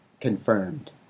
confirmed